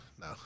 No